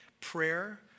prayer